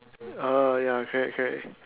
orh ya correct correct